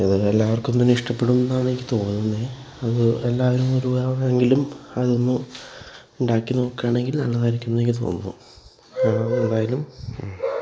അതെല്ലാര്ക്കും തന്നെ ഇഷ്ടപ്പെടുമെന്നാണെനിക്ക് തോന്നുന്നത് അത് എല്ലാവരും ഒരു തവണയെങ്കിലും അതൊന്ന് ഉണ്ടാക്കി നോക്കുകയാണെങ്കിൽ നല്ലതായിരിക്കുമെന്ന് എനിക്ക് തോന്നുന്നു ഞങ്ങള് എന്തായാലും